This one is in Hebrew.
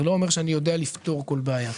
זה לא אומר שאני יודע לפתור על בעיה.